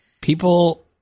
people